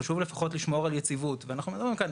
חשוב לפחות לשמור על יציבות ואחנו מדברים כאן